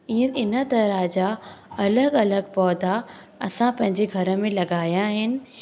इहे इन तरह जा अलॻि अलॻि पौधा असां पंहिंजे घर में लॻाया आहिनि